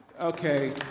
Okay